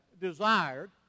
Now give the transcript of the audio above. desired